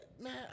man